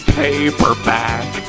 paperback